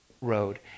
road